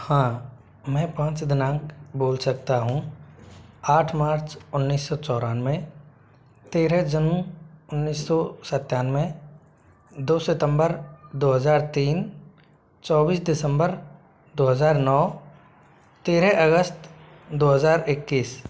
हाँ मैं पाँच दिनांक बोल सकता हूँ आठ मार्च उन्नीस सौ चौरानवे तेरा जून उन्नीस सौ सनतानवे दो सितम्बर दो हज़ार तीन चौबीस दिसम्बर दो हज़ार नौ तेरह अगस्त दो हज़ार इक्कीस